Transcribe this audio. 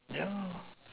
yeah